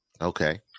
Okay